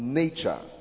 nature